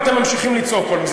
ואתם ממשיכים לצעוק כל הזמן.